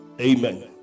Amen